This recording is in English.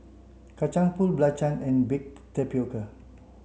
Kacang Pool Belacan and baked tapioca